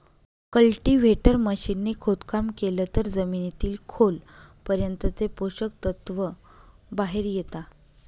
cultivator machine ने खोदकाम केलं तर जमिनीतील खोल पर्यंतचे पोषक तत्व बाहेर येता